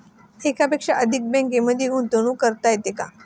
एकापेक्षा अधिक बँकांमध्ये गुंतवणूक करता येते का?